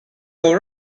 all